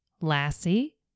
Lassie